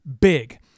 big